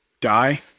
die